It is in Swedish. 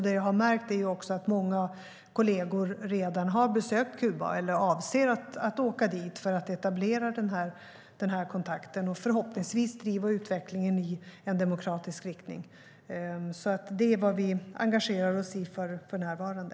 Det jag har märkt är att många kollegor redan har besökt Kuba eller avser att åka dit för att etablera den kontakten och förhoppningsvis driva utvecklingen i en demokratisk riktning. Det är vad vi engagerar oss i för närvarande.